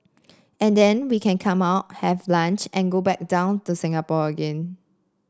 and then we can come up have lunch and go back down to Singapore again